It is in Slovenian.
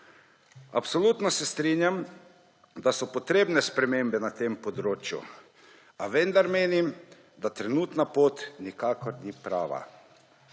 Absolutno se strinjam, da so potrebne spremembe na tem področju, a vendar menim, da trenutna pot nikakor ni prava.